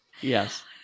Yes